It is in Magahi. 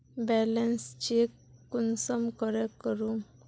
बैलेंस चेक कुंसम करे करूम?